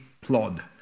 plod